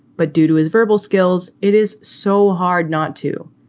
but due to his verbal skills, it is so hard not to.